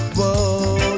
Whoa